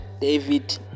David